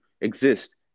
exist